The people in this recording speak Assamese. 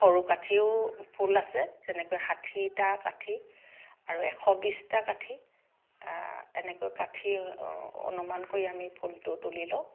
সৰু কাঠিও ফুল আছে তেনেকৈ ষাঠিটা কাঠি আৰু এশ বিছটা কাঠি এনেকৈ কাঠি অনুমান কৰি আমি ফুলটো তুলি লওঁ